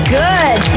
good